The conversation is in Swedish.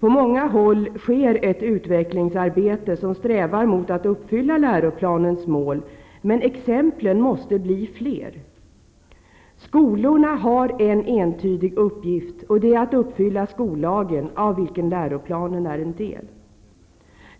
På många håll sker ett utvecklingsarbete där strävan är att uppfylla läroplanens mål, men exemplen måste bli fler. Skolorna har en entydig uppgift, och det är att uppfylla skollagen, av vilken läroplanen är en del.